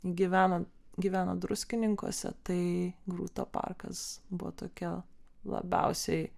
gyvena gyvena druskininkuose tai grūto parkas buvo tokia labiausiai